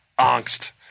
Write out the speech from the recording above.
angst